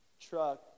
truck